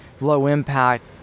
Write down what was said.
low-impact